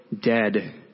dead